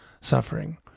suffering